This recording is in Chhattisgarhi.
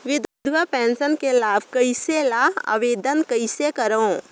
विधवा पेंशन के लाभ कइसे लहां? आवेदन कइसे करव?